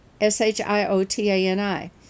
S-H-I-O-T-A-N-I